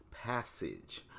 passage